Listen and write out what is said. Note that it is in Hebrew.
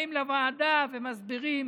באים לוועדה ומסבירים